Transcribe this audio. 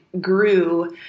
grew